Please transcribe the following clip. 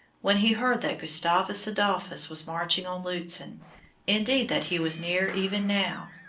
when he heard that gustavus adolphus was marching on lutzen indeed that he was near even now.